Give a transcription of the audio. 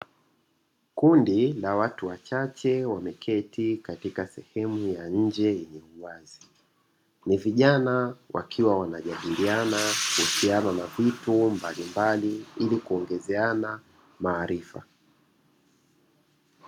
Kundi la watu wachache wameketi katika sehemu ya nje yenye uwazi ni vijana wakiwa wanajadiliana kuhusiana na mapito mbalimbali ili kuongezeana maarifa.